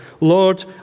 Lord